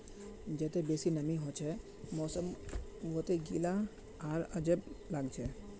जत्ते बेसी नमीं हछे मौसम वत्ते गीला आर अजब लागछे